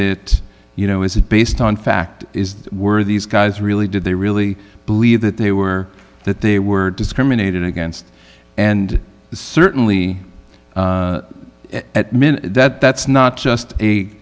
it you know is it based on fact is were these guys really did they really believe that they were that they were discriminated against and certainly at min that that's not just a